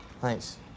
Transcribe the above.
Thanks